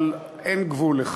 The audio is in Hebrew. אבל אין גבול לכך.